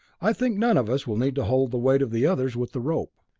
i think none of us will need to hold the weight of the others with the rope.